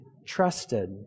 trusted